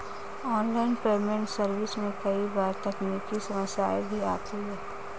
online payment service में कई बार तकनीकी समस्याएं भी आती है